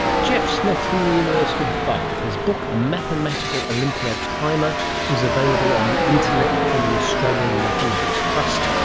geoff smith from the university of bath. his book a mathematical olympiad primer is available on the internet from the australian mathematics trust.